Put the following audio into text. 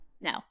No